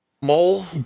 Mole